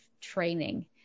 training